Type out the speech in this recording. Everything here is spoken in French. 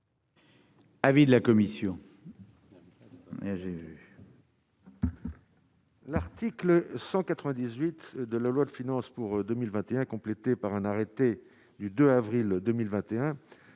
Avis de la commission.